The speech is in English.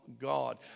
God